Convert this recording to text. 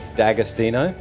D'Agostino